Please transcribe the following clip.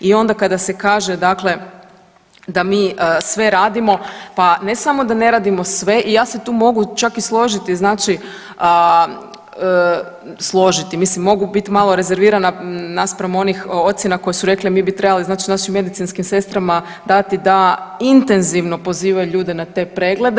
I onda kada se kaže dakle da mi sve radimo, pa ne samo da ne radimo sve i ja se tu mogu čak i složiti znači, složiti mislim, mogu bit malo rezervirana naspram onih ocjena koje su rekle mi bi trebali znači našim medicinskim sestrama dati da intenzivno pozivaju ljude na te preglede.